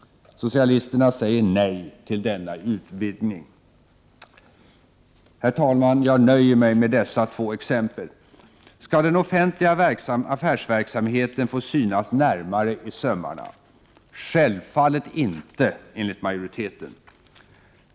Socialisterna säger nej till denna utvidgning. Herr talman! Jag nöjer mig med dessa två exempel. Skall den offentliga affärsverksamheten få synas närmare i sömmarna? Självfallet inte, enligt majoriteten.